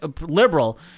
liberal